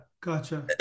Gotcha